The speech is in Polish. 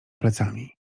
plecami